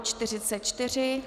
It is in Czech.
44.